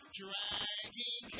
dragging